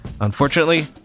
unfortunately